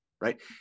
right